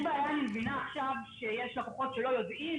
אני מבינה עכשיו שיש בעיה, שיש לקוחות שלא יודעים